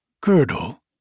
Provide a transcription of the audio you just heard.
girdle